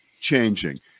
changing